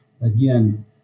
again